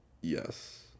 Yes